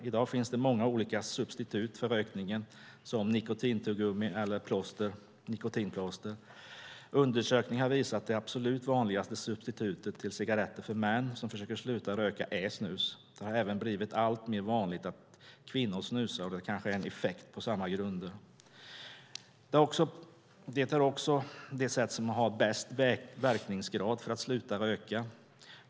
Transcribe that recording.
I dag finns det många olika substitut för rökningen, som nikotintuggummi eller nikotinplåster. Undersökningar har visat att det absolut vanligaste substitutet till cigaretter för män som försöker sluta röka är snus. Det har även blivit alltmer vanligt att kvinnor snusar, och det kanske är en effekt på samma grunder. Det är också det sätt som har bäst verkningsgrad när det gäller att sluta röka.